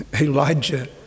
Elijah